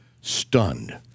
Stunned